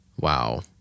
Wow